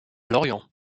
lorient